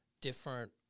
different